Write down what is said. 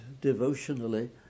devotionally